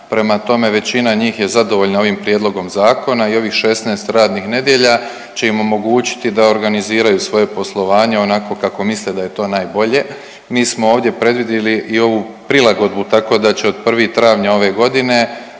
Prema tome, većina njih je zadovoljna ovim prijedlogom zakona i ovih 16 radnih nedjelja će im omogućiti da organiziraju svoje poslovanje onako kako misle da je to najbolje. Mi smo ovdje predvidili i ovu prilagodbu tako da će od 1. travnja ove godine